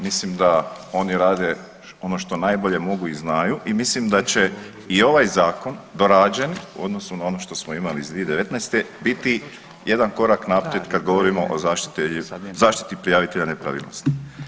Mislim da oni rade ono što najbolje mogu i znaju i mislim da će i ovaj zakon dorađen u odnosu na ono što smo imali iz 2019. biti jedna korak naprijed kad govorimo o zaštiti prijavitelja nepravilnosti.